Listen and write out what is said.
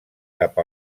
cap